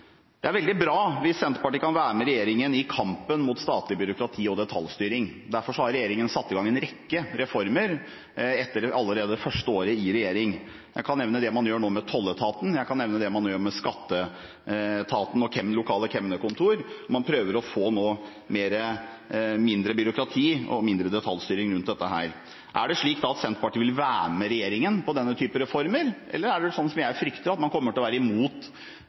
Det er veldig bra hvis Senterpartiet kan være med regjeringen i kampen mot statlig byråkrati og detaljstyring. Derfor har regjeringen satt i gang en rekke reformer allerede etter det første året i regjering. Jeg kan nevne det man nå gjør med tolletaten, jeg kan nevne det man gjør med skatteetaten og de lokale kemnerkontorer. Man prøver å få mindre byråkrati og mindre detaljstyring rundt dette. Er det slik at Senterpartiet vil være med regjeringen på denne typen reformer? Eller er det slik jeg frykter, at man kommer til å være imot